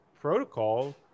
protocol